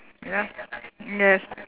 you know yes